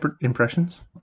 impressions